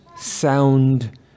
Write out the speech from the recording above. sound